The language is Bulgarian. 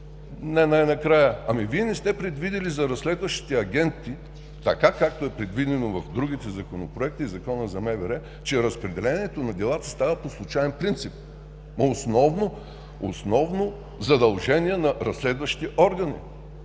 не най-накрая. Вие не сте предвидили за разследващите агенти, така както е предвидено в другите законопроекти и Закона за МВР, че разпределението на делата става по случаен принцип. Основно задължение на разследващите органи.